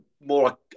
more